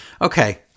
Okay